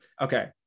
Okay